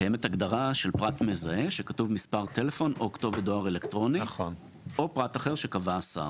וכתוב "מספר טלפון או כתובת דואר אלקטרוני או פרט אחר שקבע השר".